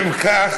המציע.